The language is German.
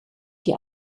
die